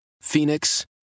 Phoenix